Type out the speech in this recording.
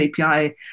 API